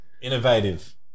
Innovative